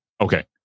okay